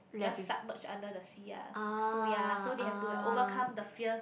just submerge under the sea ah so ya so they have like to overcome the fears